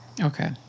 Okay